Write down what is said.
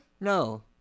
No